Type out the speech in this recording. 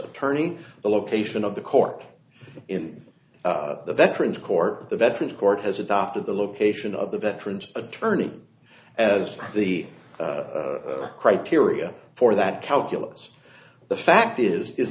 attorney the location of the court in the veterans court the veterans court has adopted the location of the veterans attorney as the criteria for that calculus the fact is is